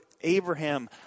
Abraham